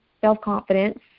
self-confidence